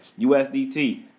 USDT